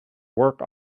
work